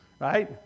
Right